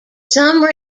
some